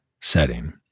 setting